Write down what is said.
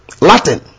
Latin